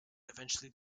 eventually